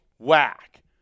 Whack